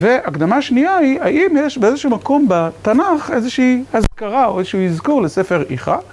והקדמה השנייה היא, האם יש באיזשהו מקום בתנ״ך איזושהי אזכרה או איזשהו איזכור לספר איכה?